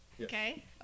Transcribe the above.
Okay